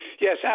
Yes